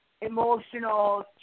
emotional